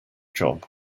job